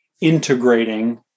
integrating